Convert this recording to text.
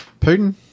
Putin